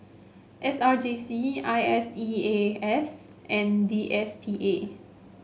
S R J C I S E A S and D S T A